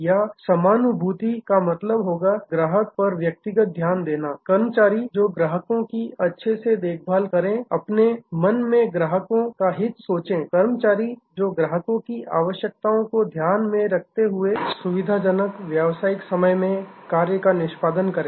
या समानुभूति एंपैथी का मतलब होगा ग्राहक पर व्यक्तिगत ध्यान देना कर्मचारी जो ग्राहकों की अच्छे प्रकार से देखभाल करें अपने मन में ग्राहकों का हित सोचे कर्मचारी जो ग्राहकों की आवश्यकताओं को ध्यान में रखते हुए सुविधाजनक व्यवसायिक समय में कार्य का निष्पादन करें